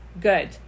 Good